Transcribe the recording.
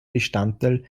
bestandteil